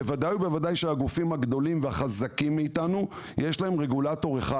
בוודאי ובוודאי כשלגופים הגדולים והחזקים מאיתנו יש רגולטור אחד.